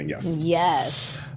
Yes